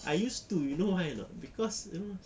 I used to you know why or not cause you know